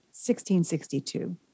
1662